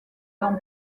dans